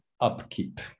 upkeep